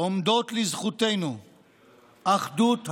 עומדות לזכותנו אחדות הערכים,